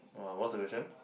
oh ah what solution